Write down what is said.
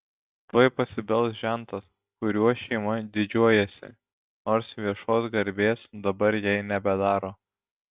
tuoj pasibels žentas kuriuo šeima didžiuojasi nors viešos garbės dabar jai nebedaro